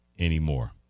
anymore